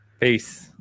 Peace